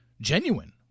genuine